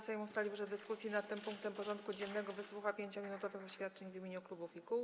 Sejm ustalił, że w dyskusji nad tym punktem porządku dziennego wysłucha 5-minutowych oświadczeń w imieniu klubów i kół.